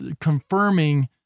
confirming